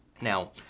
Now